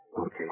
Okay